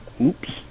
Oops